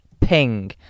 Ping